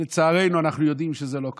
לצערנו אנחנו יודעים שזה לא כך.